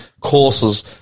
courses